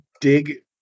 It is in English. dig